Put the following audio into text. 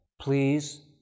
Please